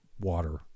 water